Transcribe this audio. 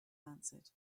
answered